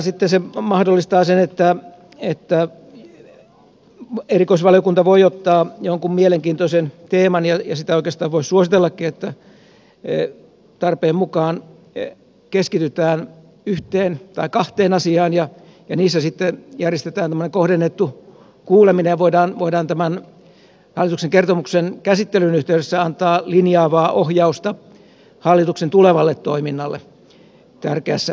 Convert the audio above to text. tosiaan se sitten mahdollistaa sen että erikoisvaliokunta voi ottaa jonkun mielenkiintoisen teeman ja sitä oikeastaan voisi suositellakin että tarpeen mukaan keskitytään yhteen tai kahteen asiaan ja niissä sitten järjestetään kohdennettu kuuleminen ja voidaan hallituksen kertomuksen käsittelyn yhteydessä antaa linjaavaa ohjausta hallituksen tulevalle toiminnalle tärkeässä kysymyksessä